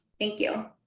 thank you.